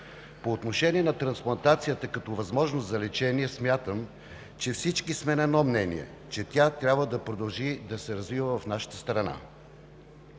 По отношение на трансплантацията като възможност за лечение смятам, че всички сме на едно мнение, че тя трябва да продължи да се развива в нашата страна.